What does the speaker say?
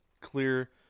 clear